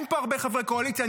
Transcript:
אין פה הרבה חברי קואליציה,